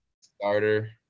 starter